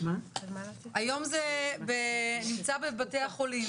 היום זה נמצא בבתי החולים.